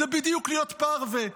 זה בדיוק להיות פרווה,